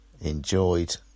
enjoyed